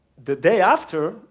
the day after,